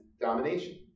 domination